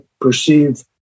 perceive